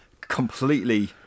completely